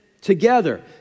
together